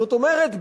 זאת אומרת,